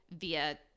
via